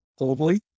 globally